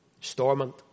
Stormont